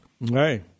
Right